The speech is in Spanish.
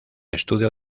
estudio